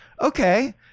okay